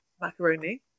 macaroni